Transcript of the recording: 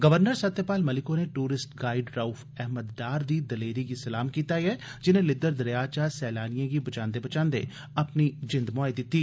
governor Satyapal Malik होरें tourist guide Rauf Ahmad Dar दी दलेरी गी सलाम कीता ऐ जिन्ने लिददर दरेया चा सैलानियें गी बचांदे बचांदे अपनी जिन्द म्हाई दिती